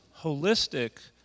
holistic